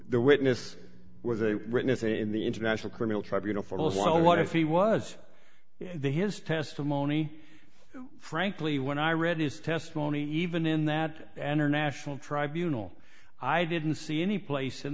the witness was a written within the international criminal tribunal for a while what if he was the his testimony frankly when i read his testimony even in that anner national tribunals i didn't see any place in